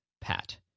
pat